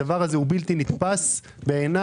הדבר הזה הוא בלתי נתפס בעיניי.